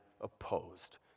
opposed